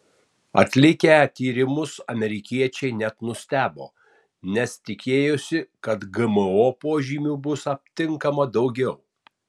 atlikę tyrimus amerikiečiai net nustebo nes tikėjosi kad gmo požymių bus aptinkama daugiau